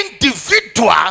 individual